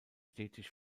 stetig